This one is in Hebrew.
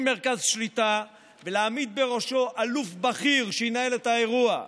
מרכז שליטה ולהעמיד בראשו אלוף בכיר שינהל את האירוע,